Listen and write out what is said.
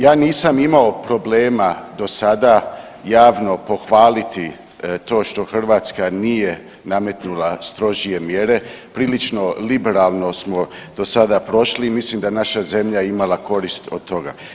Ja nisam imao problema do sada javno pohvaliti to što Hrvatska nije nametnula strožije mjere, prilično liberalno smo do sada prošli i mislim da je naša zemlja imala korist od toga.